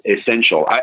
essential